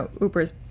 Uber's